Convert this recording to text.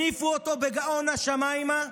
הניפו אותו בגאון השמיימה.